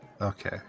Okay